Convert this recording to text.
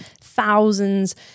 thousands